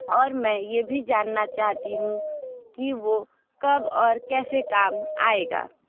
और मैं यह भी जानना चाहती हूँ कि वह कब और कैसे काम आएगा